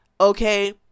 okay